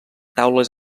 taules